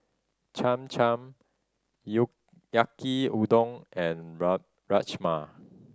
Cham Cham Yaki Udon and Rajma